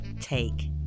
take